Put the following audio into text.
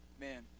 man